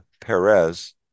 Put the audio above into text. Perez